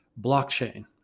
blockchain